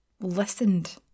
listened